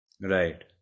Right